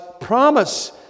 promise